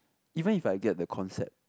even if I get the concept